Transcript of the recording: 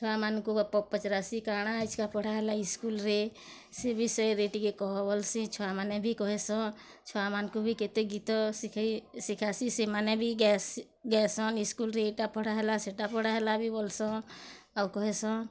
ଛୁଆମାନଙ୍କୁ ଗପ ପଚାରେସି କାଣା ଆଜ୍କା ପଢ଼ାହେଲା ଇସ୍କୁଲରେ ସେ ବିଷୟରେ ଟିକେ କହ ବୋଲ୍ସି ଛୁଆମାନେ ବି କହେସନ୍ ଛୁଆମାନଙ୍କୁ ବି କେତେ ଗୀତ ଶିଖେଇ ଶିଖାସିଁ ସେମାନେ ବି ଗାଏସ ଗାଏସନ୍ ଇସ୍କୁଲରେ ଇଟା ପଢ଼ାହେଲା ସେଟା ପଢ଼ାହେଲା ବି ବୋଲସନ୍ ଆଉ କହେସନ୍